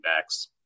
backs